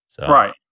Right